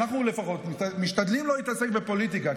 אנחנו לפחות משתדלים לא להתעסק בפוליטיקה,